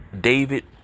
David